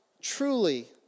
truly